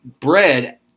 bread